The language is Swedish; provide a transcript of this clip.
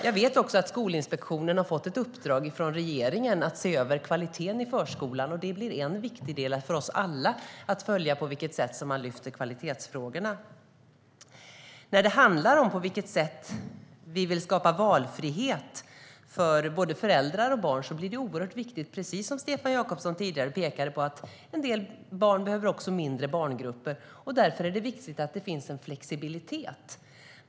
Jag vet också att Skolinspektionen har fått ett uppdrag från regeringen att se över kvaliteten i förskolan. Det blir en viktig del för oss alla att följa på vilket sätt som man lyfter kvalitetsfrågorna. När det handlar om på vilket sätt vi vill skapa valfrihet för både föräldrar och barn blir det oerhört viktigt, precis som Stefan Jakobsson tidigare pekade på, att en del barn behöver mindre barngrupper. Därför är det viktigt att det finns en flexibilitet.